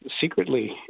secretly